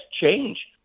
change